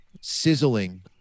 sizzling